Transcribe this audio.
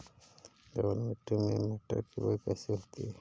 दोमट मिट्टी में मटर की बुवाई कैसे होती है?